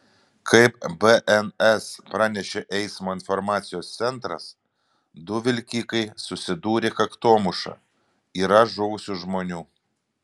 kaip bns pranešė eismo informacijos centras du vilkikai susidūrė kaktomuša yra žuvusių žmonių